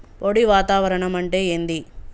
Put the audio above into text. పొడి వాతావరణం అంటే ఏంది?